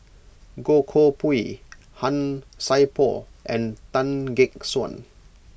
Goh Koh Pui Han Sai Por and Tan Gek Suan